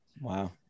Wow